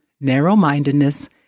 narrow-mindedness